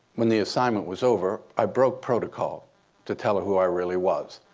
when the assignment was over, i broke protocol to tell her who i really was.